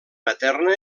materna